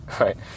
right